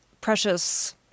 precious